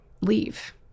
leave